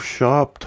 Shop